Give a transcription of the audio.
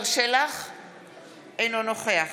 אינו נוכח